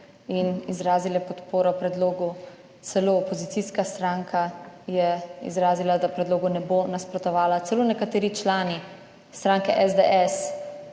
in izrazile podporo predlogu. Celo opozicijska stranka je izrazila, da predlogu ne bo nasprotovala, celo nekateri člani stranke SDS